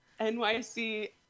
NYC